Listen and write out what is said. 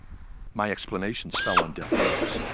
my explanations fell on deaf ears,